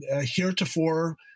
heretofore